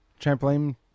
trampoline